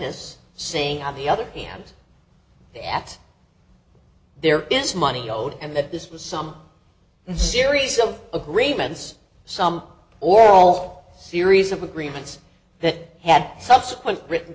as saying on the other hand the at there is money owed and that this was some series of agreements some or all series of agreements that had subsequently written